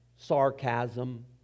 sarcasm